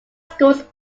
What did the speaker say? schools